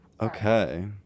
Okay